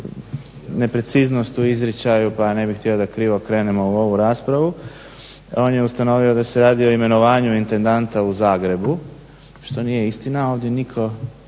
nepreciznost u izričaju pa ne bih htio da krivo krenemo u ovu raspravu. On je ustanovio da se radi o imenovanju intendanta u Zagrebu, što nije istina. Ovdje nitko,